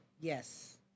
yes